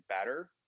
better